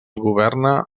governa